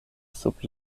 sub